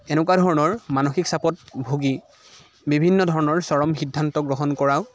এনেকুৱা ধৰণৰ মানসিক চাপত ভোগী বিভিন্ন ধৰণৰ চৰম সিদ্ধান্ত গ্ৰহণ কৰাও